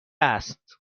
است